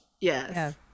Yes